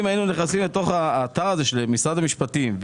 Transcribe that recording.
אם היינו נכנסים לאתר של משרד המשפטים,